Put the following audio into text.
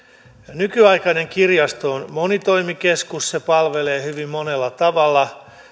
nykyaikainen kirjasto on monitoimikeskus se palvelee hyvin monella tavalla